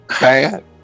bad